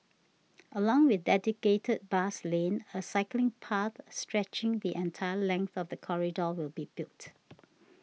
along with dedicated bus lanes a cycling path stretching the entire length of the corridor will be built